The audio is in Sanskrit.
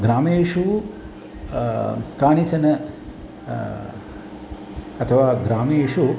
ग्रामेषु कानिचन अथवा ग्रामेषु